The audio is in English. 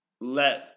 let